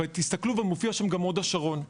תסתכלו, מופיע שם גם הוד השרון.